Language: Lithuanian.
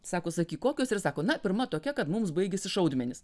sako sakyk kokios ir jis sako na pirma tokia kad mums baigėsi šaudmenys